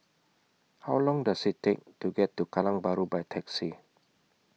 How Long Does IT Take to get to Kallang Bahru By Taxi